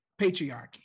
patriarchy